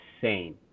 insane